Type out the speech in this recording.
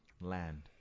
land